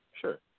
Sure